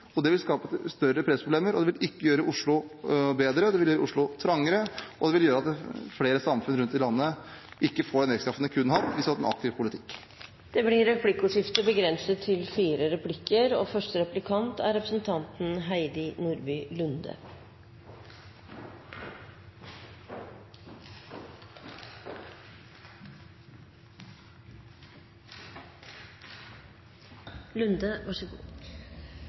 retning. Det vil skape større pressproblemer, og det vil ikke gjøre Oslo bedre. Det vil gjøre Oslo trangere, og det vil gjøre at flere samfunn rundt i landet ikke får den vekstkraften de kunne hatt hvis en hadde hatt en aktiv politikk. Det blir replikkordskifte.